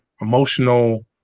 emotional